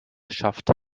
schafft